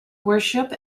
worship